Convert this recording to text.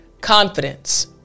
confidence